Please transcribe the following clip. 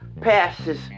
passes